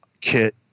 kit